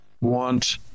want